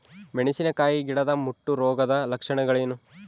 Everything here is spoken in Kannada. ಮೆಣಸಿನಕಾಯಿ ಗಿಡದ ಮುಟ್ಟು ರೋಗದ ಲಕ್ಷಣಗಳೇನು?